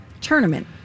tournament